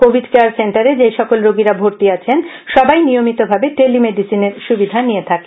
Covid care সেন্টারে যেই সকল রোগীরা ভর্তি আছেন সবাই নিয়মিত ভাবে টেলিমেডিসিন সুবিধা নিয়ে থাকেন